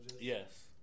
Yes